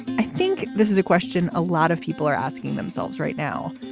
i think this is a question a lot of people are asking themselves right now.